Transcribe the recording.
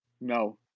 No